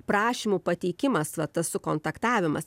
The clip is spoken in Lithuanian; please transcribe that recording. prašymų pateikimas va tas sukontaktavimas